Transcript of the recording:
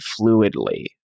fluidly